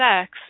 sex